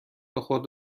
خود